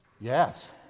Yes